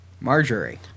marjorie